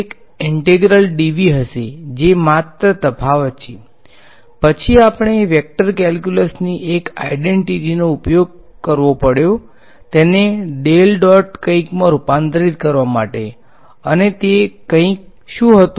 3D માં તે એક ઈંટેગ્રલ dv હશે જે માત્ર તફાવત છે પછી આપણે વેક્ટર કેલ્ક્યુલસની એક આઈડેંટીટીનો ઉપયોગ કરવો પડ્યો તેને ડેલ ડોટ કંઈકમાં રૂપાંતરિત કરવા માટે અને તે કંઈક શું હતું